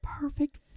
Perfect